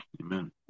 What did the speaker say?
Amen